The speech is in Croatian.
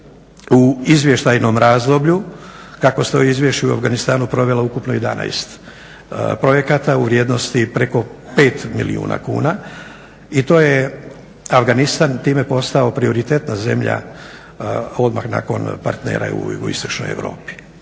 u izvještajnom razdoblju kako stoji u izvješću u Afganistanu provela ukupno 11 projekata u vrijednosti preko 5 milijuna kuna. I to je Afganistan time postao prioritetna zemlja odmah nakon partnera u jugoistočnoj Europi.